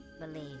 Believe